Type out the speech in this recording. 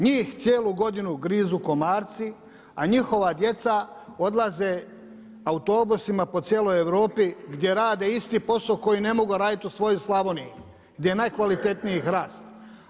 Njih cijelu godinu grizu komarci, a njihova djeca odlaze autobusima po cijeloj Europi gdje rade isti posao koji ne mogu raditi u svojoj Slavoniji gdje je najkvalitetniji Hrast.